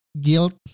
guilt